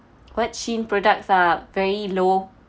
what SHEIN products are very low